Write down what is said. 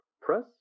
press